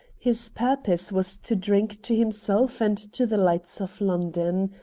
his purpose was to drink to himself and to the lights of london.